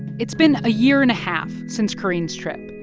it's been a year and a half since carine's trip,